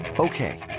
Okay